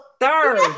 Third